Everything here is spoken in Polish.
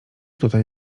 tutaj